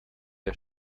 der